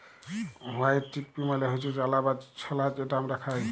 white chickpea মালে হচ্যে চালা বা ছলা যেটা হামরা খাই